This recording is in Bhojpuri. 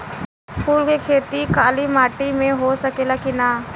फूल के खेती काली माटी में हो सकेला की ना?